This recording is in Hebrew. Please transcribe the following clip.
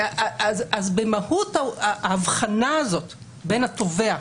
במהות ההבחנה הזאת בין התובע,